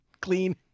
clean